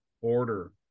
order